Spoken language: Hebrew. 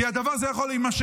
כי הדבר הזה לא יכול להימשך.